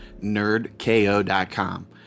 Nerdko.com